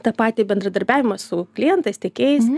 tą patį bendradarbiavimą su klientais tiekėjais